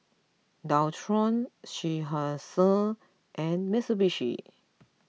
Dualtron Seinheiser and Mitsubishi